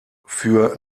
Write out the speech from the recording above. für